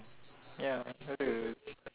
ya got to